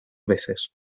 veces